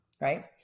Right